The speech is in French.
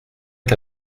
est